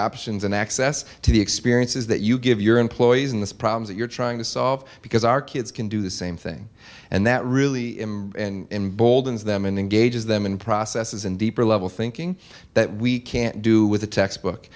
options and access to the experiences that you give your employees in this problem that you're trying to solve because our kids can do the same thing and that really and goldens them and engages them in processes and deeper level thinking that we can't do with a textbook